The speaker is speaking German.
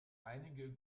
einige